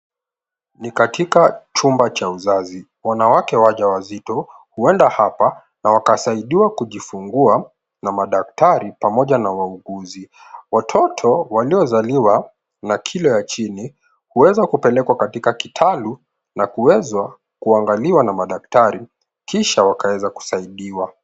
Ni katika chumba cha uzazi. Wanawake waja wazito huenda hapa na wakasaidiwa kujifungua na madaktari pamoja na wauguzi. Watoto waliozaliwa na kilo ya chini huweza kupelekwa katika kitalu na kuweza kuangaliwa na madaktari kisha kuweza kusaidiwa.